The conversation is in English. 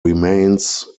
remains